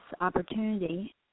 opportunity